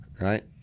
right